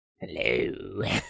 Hello